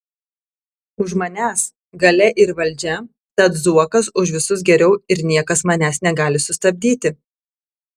už manęs galia ir valdžia tad zuokas už visus geriau ir niekas manęs negali sustabdyti